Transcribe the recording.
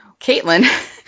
Caitlin